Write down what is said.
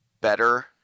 better